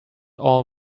all